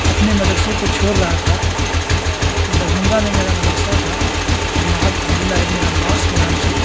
اپنے مدرسے کو چھوڑ رہا تھا دربھنگہ میں میرا مدرسہ تھا معہد عبداللہ ابن عباس کے نام سے